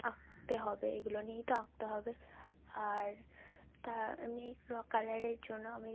আঁকতে হবে এগুলো নিয়েই তো আঁকতে হবে আর তা এমনি র কালারের জন্য আমি